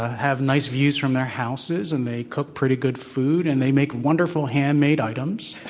have nice views from their houses, and they cook pretty good food, and they make wonderful hand made items.